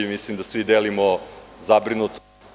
Mislim da svi delimo zabrinutost.